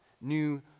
new